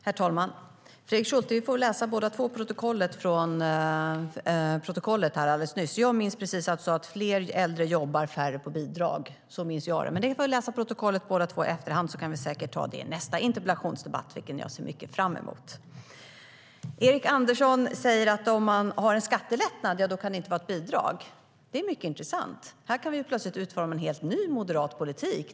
Herr talman! Vi får väl läsa protokollet båda två, Fredrik Schulte. Jag minns precis att du sa att fler äldre jobbar och att färre går på bidrag. Så minns jag det, men vi får läsa protokollet i efterhand. Vi kan säkert ta det i nästa interpellationsdebatt, vilket jag ser mycket fram emot. Erik Andersson säger att en skattelättnad inte kan vara ett bidrag. Det är mycket intressant. Här kan vi plötsligt utforma en helt ny moderat politik!